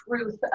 truth